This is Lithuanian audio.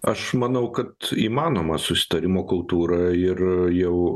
aš manau kad įmanoma susitarimo kultūra ir jau